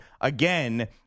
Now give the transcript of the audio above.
again